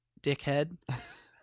dickhead